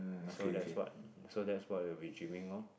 so that's what so that's why I'll be orh